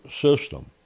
system